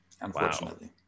Unfortunately